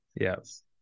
Yes